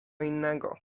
innego